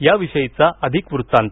याविषयीचा अधिक वृत्तात